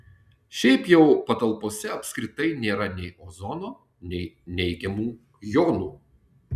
šiaip jau patalpose apskritai nėra nei ozono nei neigiamų jonų